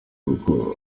uko